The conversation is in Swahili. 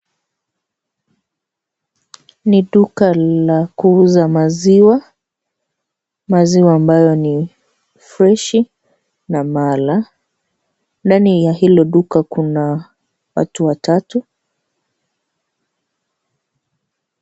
Ni duka la kuuza maziwa. Maziwa ambayo ni freshi na mala. Ndani ya hilo duka kuna watu watatu.